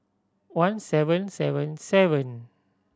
one seven seven seven